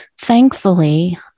Thankfully